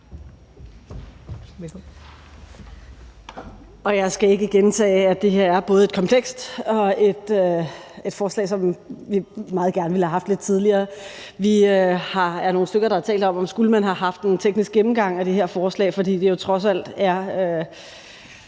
Jeg skal ikke gentage, at det her både er et komplekst forslag og et forslag, som vi meget gerne ville have haft lidt tidligere. Vi er nogle stykker, der har talt om, at vi skulle have haft en teknisk gennemgang af det her forslag, for det er trods alt